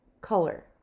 color